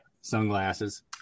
sunglasses